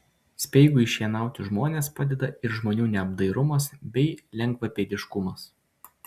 speigui šienauti žmones padeda ir žmonių neapdairumas bei lengvapėdiškumas